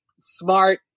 Smart